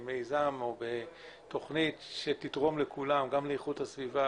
במיזם או בתוכנית שתתרום לכולם, גם לאיכות הסביבה